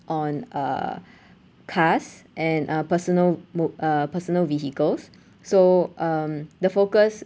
on uh cars and uh personal mo~ uh personal vehicles so um the focus